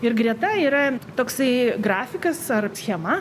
ir greta yra toksai grafikas ar schema